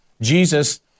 Jesus